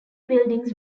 buildings